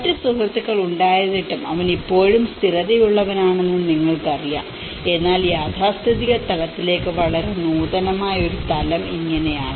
മറ്റ് സുഹൃത്തുക്കൾ ഉണ്ടായിരുന്നിട്ടും അവൻ ഇപ്പോഴും സ്ഥിരതയുള്ളവനാണെന്ന് നിങ്ങൾക്കറിയാം എന്നാൽ യാഥാസ്ഥിതിക തലത്തിലേക്ക് വളരെ നൂതനമായ തലം ഇങ്ങനെയാണ്